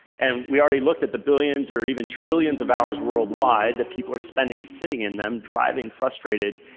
and we already looked at the billions or even trillions of hours worldwide that people are spending sitting in them, driving frustrated,